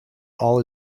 all